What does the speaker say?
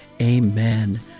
amen